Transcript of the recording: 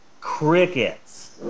crickets